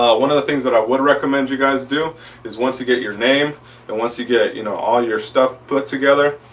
one of the things that i would recommend you guys do is once you get your name and once you get you know all your stuff put together.